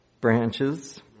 branches